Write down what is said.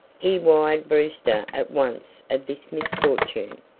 he wired brewster at once of this misfortune,